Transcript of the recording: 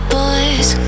boys